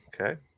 okay